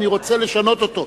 אני רוצה לשנות אותו.